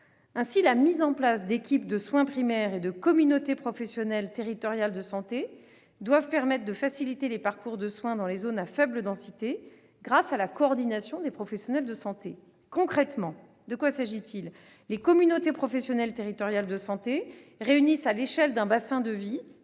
Ainsi, la mise en place d'équipes de soins primaires et des communautés professionnelles territoriales de santé doit permettre de faciliter les parcours de soins dans les zones à faible densité grâce à la coordination des professionnels de santé. Concrètement, les communautés